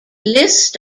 list